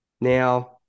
Now